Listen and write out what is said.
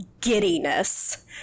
giddiness